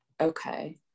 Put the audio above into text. Okay